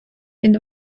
від